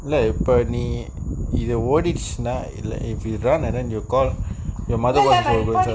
இல்ல இப்ப நீ இது ஒடீருசுனா இல்ல:illa ippa nee ithu odeeruchuna then you call your mother won't ownself